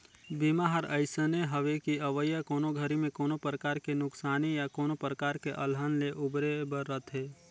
बीमा हर अइसने हवे कि अवइया कोनो घरी मे कोनो परकार के नुकसानी या कोनो परकार के अलहन ले उबरे बर रथे